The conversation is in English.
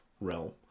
realm